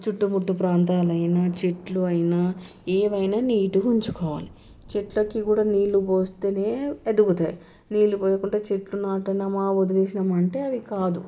చుట్టుముట్టు ప్రాంతాలైన చెట్లు అయినా ఏవైనా నీట్గా ఉంచుకోవాలి చెట్లకి కూడా నీళ్ళు పోస్తేనే ఎదుగుతాయి నీళ్ళు పోయకుండా చెట్లను నాటినామా వదిలేసినామంటే అది కాదు